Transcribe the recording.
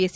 S